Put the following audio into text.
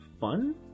fun